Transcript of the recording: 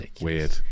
weird